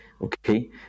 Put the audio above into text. okay